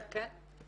כן.